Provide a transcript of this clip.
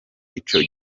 ico